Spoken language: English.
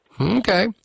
Okay